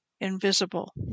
invisible